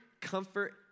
comfort